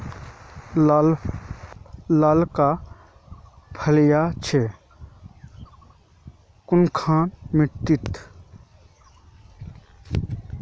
लालका फलिया छै कुनखान मिट्टी त?